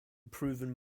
proven